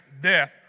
death